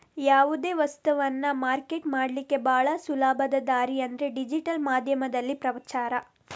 ಯಾವುದೇ ವಸ್ತವನ್ನ ಮಾರ್ಕೆಟ್ ಮಾಡ್ಲಿಕ್ಕೆ ಭಾಳ ಸುಲಭದ ದಾರಿ ಅಂದ್ರೆ ಡಿಜಿಟಲ್ ಮಾಧ್ಯಮದಲ್ಲಿ ಪ್ರಚಾರ